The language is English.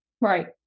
right